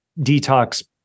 detox